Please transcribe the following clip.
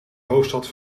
hoofdstad